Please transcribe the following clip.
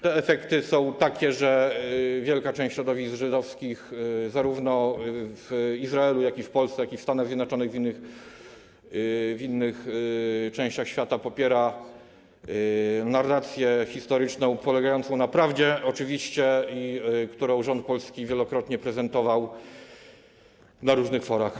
Te efekty są takie, że wielka część środowisk żydowskich zarówno w Izraelu, w Polsce, jak i w Stanach Zjednoczonych i w innych częściach świata popiera narrację historyczną, polegającą na prawdzie oczywiście, którą rząd polski wielokrotnie prezentował na różnych forach.